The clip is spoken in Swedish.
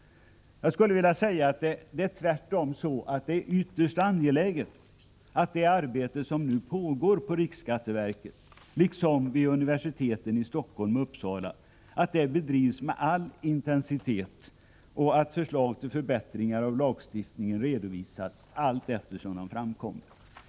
Tvärtom är det ytterst angeläget att det arbete som nu pågår på riksskatteverket liksom vid universiteten i Stockholm och Uppsala bedrivs med all intensitet och att förslag till förbättringar av lagstiftningen redovisas allteftersom de framkommer.